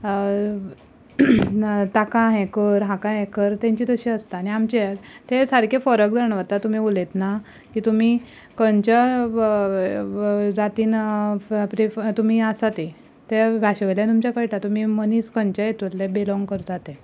ताका हें कर हाका हें कर तेंची तशी आसता आनी आमची ते सारकी फरक जाणवता तुमी उलयतना की तुमी खंयच्या जातीन प्रिफर तुमी आसा तीं तें भाशेवयल्यान आमच्या कळटा तुमी मनीस खंयच्या हेतूंतले बिलोंग करता ते